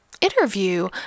interview